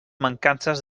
mancances